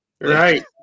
Right